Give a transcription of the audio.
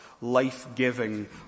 life-giving